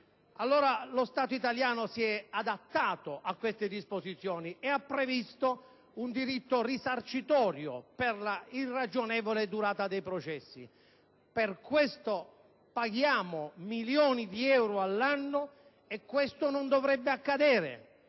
Lo Stato italiano si è adattato a queste disposizioni e ha previsto un diritto risarcitorio per la irragionevole durata dei processi; per questo motivo vengono pagati milioni di euro all'anno, e ciò non dovrebbe accadere.